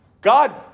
God